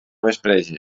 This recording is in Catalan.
vespreja